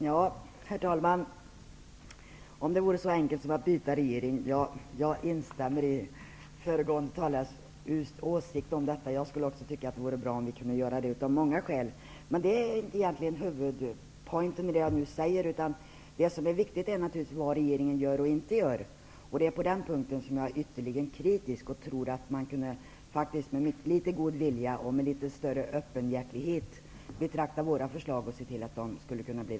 Herr talman! Jag instämmer i föregående talares åsikt i frågan om det är så enkelt som att byta regering. Jag tycker av många skäl att det vore bra om man kunde göra det, men det är egentligen inte huvudpoängen i det som jag vill säga. Det viktiga är vad regeringen gör och inte gör. På den punkten är jag ytterligt kritisk. Jag tror faktiskt att man kunde betrakta våra förslag med litet god vilja och större öppenhjärtighet och se till att de blir verklighet.